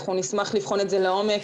אנחנו נשמח לבחון את זה לעומק,